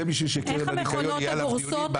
זה כדי שקרן הניקיון יהיה עליו דיונים בעשור הקרוב.